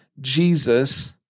Jesus